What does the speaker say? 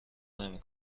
نمی